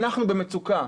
אנחנו במצוקה.